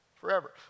forever